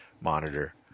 monitor